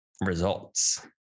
results